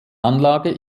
anlage